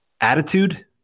attitude